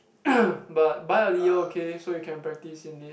but buy earlier okay so you can practice in it